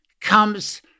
comes